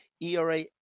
ERA